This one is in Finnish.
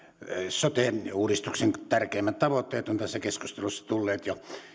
sote uudistuksen tärkeimmät tavoitteet ovat tässä keskustelussa tulleet